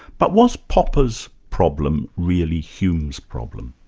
but was popper's problem really hume's problem?